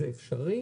זה אפשרי